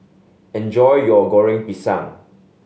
enjoy your Goreng Pisang